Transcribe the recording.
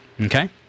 Okay